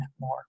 more